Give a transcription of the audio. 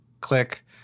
click